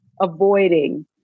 avoiding